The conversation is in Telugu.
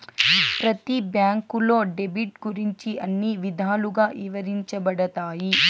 ప్రతి బ్యాంకులో డెబిట్ గురించి అన్ని విధాలుగా ఇవరించబడతాయి